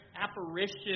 apparition